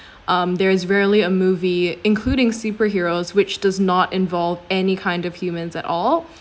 um there is rarely a movie including superheroes which does not involve any kind of humans